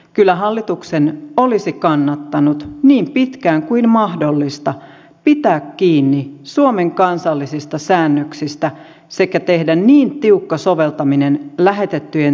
kyllä hallituksen olisi kannattanut niin pitkään kuin mahdollista pitää kiinni suomen kansallisista säännöksistä sekä tehdä lähetettyjen työntekijöiden direktiiviin niin tiukka soveltaminen kuin mahdollista